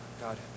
God